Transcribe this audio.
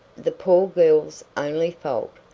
the poor girl's only fault,